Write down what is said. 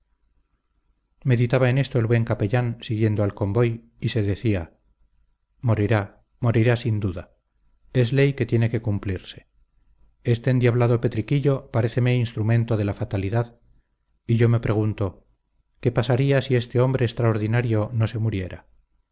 meditaba en esto el buen capellán siguiendo al convoy y se decía morirá morirá sin duda es ley que tiene que cumplirse este endiablado petriquillo paréceme instrumento de la fatalidad y yo me pregunto qué pasaría si este hombre extraordinario no se muriera